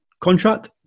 contract